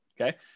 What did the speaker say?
Okay